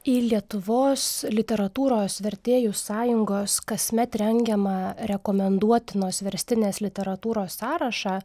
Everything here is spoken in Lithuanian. į lietuvos literatūros vertėjų sąjungos kasmet rengiamą rekomenduotinos verstinės literatūros sąrašą